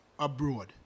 Abroad